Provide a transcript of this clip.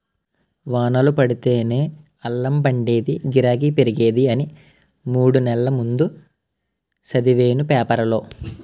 వానలు పడితేనే అల్లం పండేదీ, గిరాకీ పెరిగేది అని మూడు నెల్ల ముందే సదివేను పేపరులో